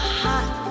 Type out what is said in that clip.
hot